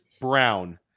Brown